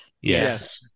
Yes